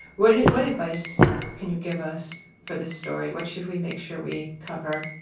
what what advice can you give us for this story? what should we make sure we cover?